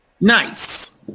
Nice